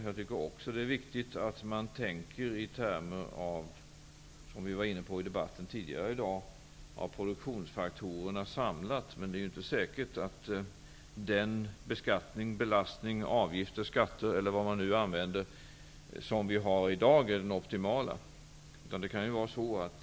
Jag tycker också att det är viktigt att man tänker i termer av, som vi var inne på i debatten tidigare i dag, samlade produktionsfaktorer. Men det är inte säkert att den belastning -- avgifter, skatter eller vad man nu använder -- som vi har i dag är den optimala.